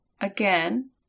Again